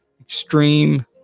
extreme